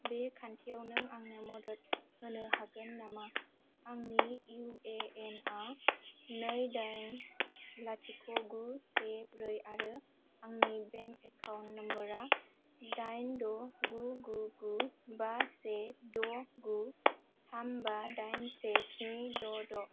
बे खान्थियाव नों आंनो मदद होनो हागोन नामा आंनि इउएएनआ नै दाइन लाथिख' गु से ब्रै आरो आंनि बेंक एकाउन्ट नम्बरआ दाइन द' गु गु गु बा से द' गु थाम बा दाइन से स्नि द' द'